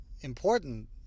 important